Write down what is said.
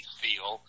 feel